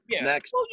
Next